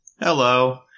Hello